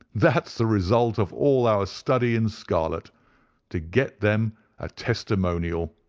that's the result of all our study in scarlet to get them a testimonial!